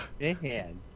Man